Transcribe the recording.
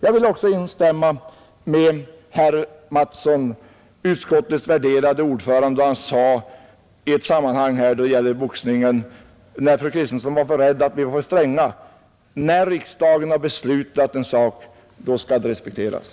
Jag vill även instämma med herr Mattsson i Lane-Herrestad, utskottets värderade ordförande. När fru Kristensson var rädd för att vi var för stränga, sade han att när riksdagen har beslutat en sak skall det respekteras.